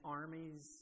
armies